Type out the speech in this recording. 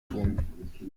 tun